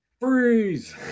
freeze